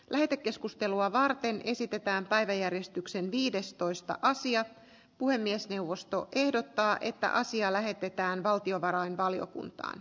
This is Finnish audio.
lähetekeskustelua varten esitetään päiväjärjestyksen viidestoista sija puhemiesneuvosto ehdottaa että asia lähetetään valtiovarainvaliokuntaan